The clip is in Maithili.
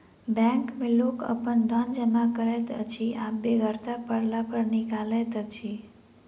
बैंक मे लोक अपन धन जमा करैत अछि आ बेगरता पड़ला पर निकालैत अछि